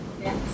yes